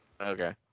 Okay